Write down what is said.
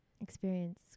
experience